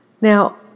Now